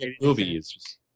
movies